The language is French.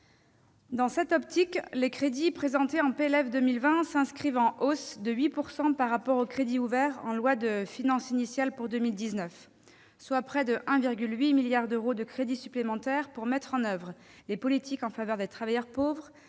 Dans cette optique, les crédits présentés dans ce projet de loi s'inscrivent en hausse de 8 % par rapport à ceux ouverts en loi de finances initiale pour 2019, soit près de 1,8 milliard d'euros de crédits supplémentaires pour mettre en oeuvre les politiques en faveur des travailleurs pauvres,